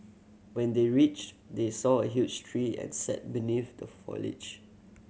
when they reached they saw a huge tree and sat beneath the foliage